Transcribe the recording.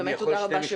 תודה רבה.